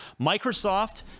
Microsoft